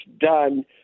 done